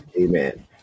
Amen